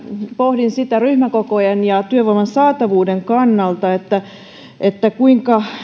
pohdin ryhmäkokojen ja työvoiman saatavuuden kannalta sitä kuinka